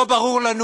לא ברור לנו